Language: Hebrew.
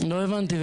לא הבנתי,